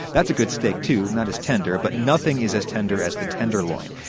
that's a good steak, too. not as tender, but nothing is as tender as the tenderloin.